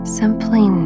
simply